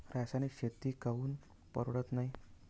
रासायनिक शेती काऊन परवडत नाई?